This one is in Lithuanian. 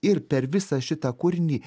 ir per visą šitą kūrinį